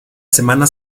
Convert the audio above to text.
semana